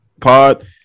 pod